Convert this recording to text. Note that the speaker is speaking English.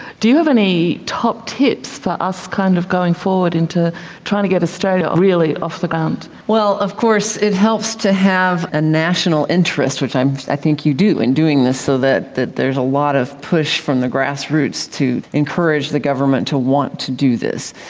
do you have any top tips for us kind of going forward into trying to get australia really off the ground? well, of course it helps to have a national interest, which i i think you do, in doing this, so that that there is a lot of push from the grassroots to encourage the government to want to do this,